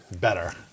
better